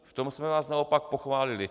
V tom jsme vás naopak pochválili.